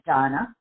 Donna